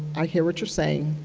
i hear what you're saying.